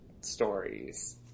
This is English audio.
stories